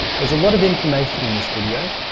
there's a lot of information in this video,